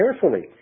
carefully